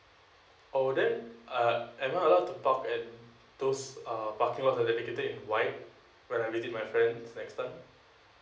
oh then uh am I allowed to park at those uh parking lots that are dedicated in white when I visit my friend next time